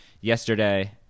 yesterday